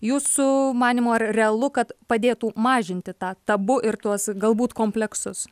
jūsų manymu ar realu kad padėtų mažinti tą tabu ir tuos galbūt kompleksus